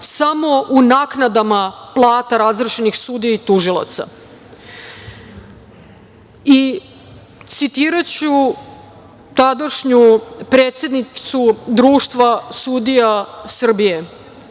samo u naknadama plata razrešenih sudija i tužilaca. Citiraću tadašnju predsednicu Društva sudija Srbije.